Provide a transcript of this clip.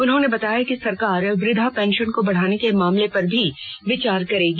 उन्होंने बताया कि सरकार वृद्धा पेंशन को बढ़ाने के मामले पर भी विचार करेगी